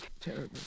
Terrible